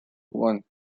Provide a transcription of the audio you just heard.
one